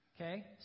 Okay